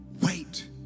Wait